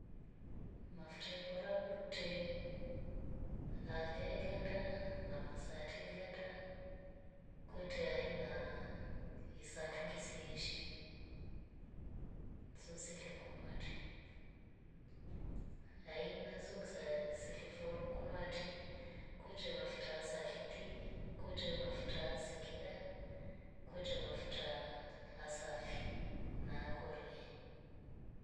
Mafuta ekora kutre aleganda na maseteganda kutre aina na isatyu ngesiishi msosili kunwa atre. aina sung za siliphori kunuati. kutya mafuta asaliti. kutya mafuta singida. kutya mafuta asafi na korie